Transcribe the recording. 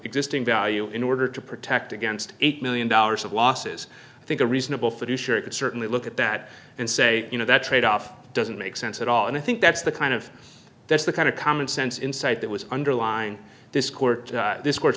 existing value in order to protect against eight million dollars of losses i think a reasonable for you sure you can certainly look at that and say you know that trade off doesn't make sense at all and i think that's the kind of that's the kind of commonsense insight that was underlined this court this cour